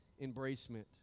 embracement